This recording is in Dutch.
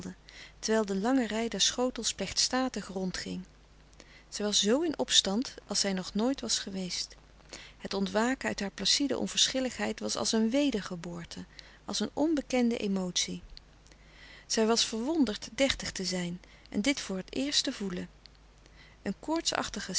terwijl de lange rei der schotels plechtstatig rondging zij was zoo in opstand als zij nog nooit was geweest het ontwaken uit hare placide onverschilligheid was als een wedergeboorte als een onbekende emotie zij was verwonderd dertig te zijn en dit voor het eerst te voelen een